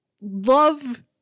love